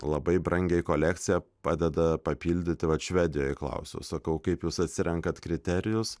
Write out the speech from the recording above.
labai brangiai kolekcija padeda papildyti vat švedijoje klausiau sakau kaip jūs atsirenkate kriterijus